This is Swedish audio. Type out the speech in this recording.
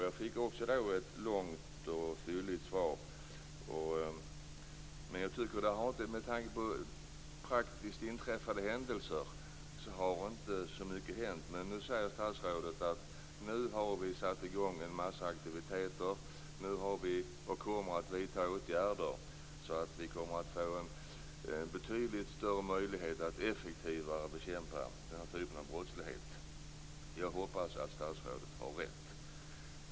Jag fick också då ett långt och fylligt svar. Men med tanke på praktiskt inträffade händelser tycker jag inte att det har hänt så mycket. Nu säger dock statsrådet: Vi har satt i gång en massa aktiviteter. Vi kommer att vidta åtgärder. Vi kommer att få betydligt större möjligheter att effektivt bekämpa den här typen av brottslighet. Jag hoppas att statsrådet har rätt.